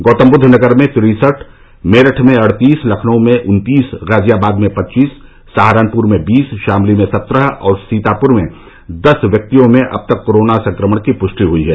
गौतमबुद्ध नगर में तिरसठ मेरठ में अड़तीस लखनऊ में उन्तीस गाजियाबाद में पच्चीस सहारनपुर में बीस शामली में सत्रह और सीतापुर में दस व्यक्तियों में अब तक कोरोना संक्रमण की पुष्टि हुई है